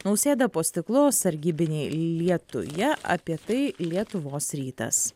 nausėda po stiklu sargybiniai lietuje apie tai lietuvos rytas